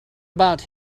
about